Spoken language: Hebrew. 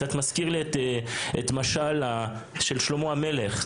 זה קצת מזכיר את המשל של שלמה המלך.